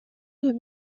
nous